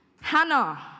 Hannah